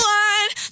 one